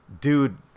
dude